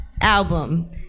album